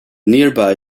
nearby